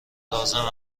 لازم